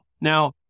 Now